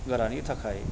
गोरानि थाखाय